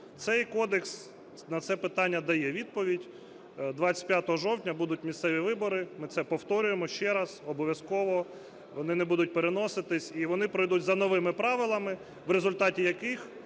Цей кодекс на це питання дає відповідь. 25 жовтня будуть місцеві вибори, ми це повторюємо ще раз, обов'язково, вони не будуть переноситися, і вони пройдуть за новими правилами, в результаті яких